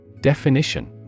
Definition